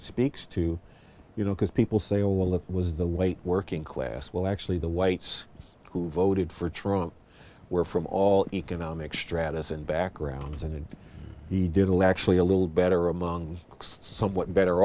speaks to you know because people say oh well that was the way working class well actually the whites who voted for trump were from all economic stratus and backgrounds and he didn't actually a little better among somewhat better